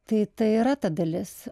tai tai yra ta dalis